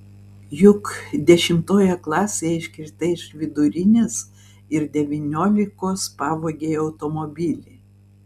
juk dešimtoje klasėje iškritai iš vidurinės ir devyniolikos pavogei automobilį